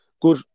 good